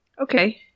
Okay